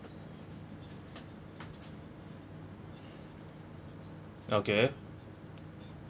okay